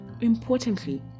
importantly